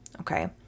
Okay